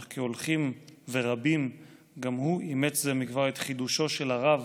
אך כהולכים ורבים גם הוא אימץ זה מכבר את חידושו של הרב